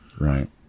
Right